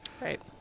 Right